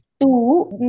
Two